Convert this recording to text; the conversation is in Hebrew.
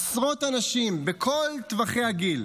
עשרות אנשים, בכל טווחי הגיל,